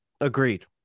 agreed